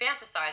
fantasize